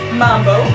mambo